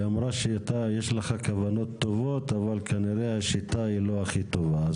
היא אמרה שאתה יש לך כוונות טובות אבל כנראה השיטה היא לא הכי טובה,